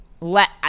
let